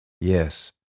Yes